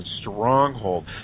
stronghold